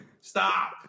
stop